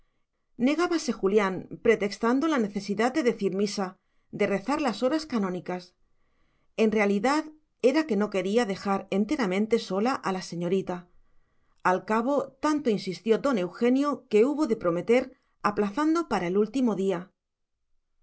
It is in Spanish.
negábase julián pretextando la necesidad de decir misa de rezar las horas canónicas en realidad era que no quería dejar enteramente sola a la señorita al cabo tanto insistió don eugenio que hubo de prometer aplazando para el último día